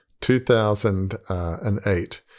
2008